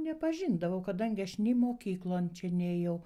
nepažindavau kadangi aš nei mokyklon čia nėjau